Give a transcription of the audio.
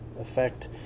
effect